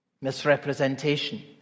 Misrepresentation